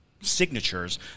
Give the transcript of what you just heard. signatures